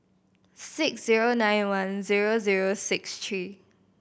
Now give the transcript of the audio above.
six zero nine one zero zero six three